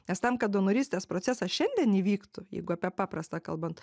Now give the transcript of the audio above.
nes tam kad donorystės procesas šiandien įvyktų jeigu apie paprastą kalbant